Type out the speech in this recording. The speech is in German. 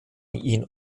ihn